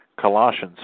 Colossians